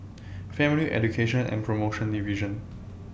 Family Education and promotion Division